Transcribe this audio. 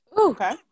okay